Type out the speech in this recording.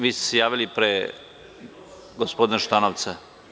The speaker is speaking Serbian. Vi ste se javili pre gospodina Šutanovca.